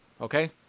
Okay